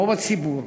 כמו בציבור,